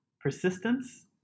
Persistence